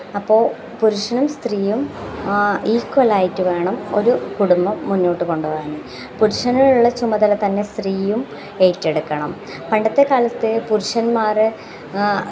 അപ്പോൾ പുരുഷനും സ്ത്രീയും ഈക്വലായിട്ട് വേണം ഒരു കുടുംബം മുന്നോട്ട് കൊണ്ട് പോകാൻ പുരുഷനുള്ള ചുമതല തന്നെ സ്ത്രീയും ഏറ്റെടുക്കണം പണ്ടത്തെ കാലത്തെ പുരുഷന്മാർ